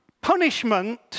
punishment